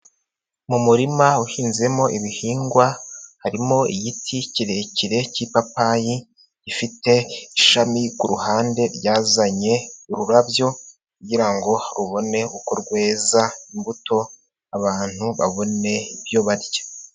Mu murima uhinzemo ibihingwa, harimo igiti kirekire cy'ipapayi gifite ishami kuruhande ryazanye ururabyo, kugirango rubone uko rweza imbuto abantu babone ibyo barya.